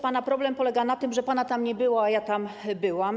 Pana problem polega na tym, że pana tam nie było, a ja tam byłam.